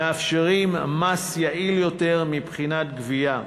מאפשרים מס יעיל יותר מבחינת גבייה,